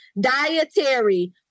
dietary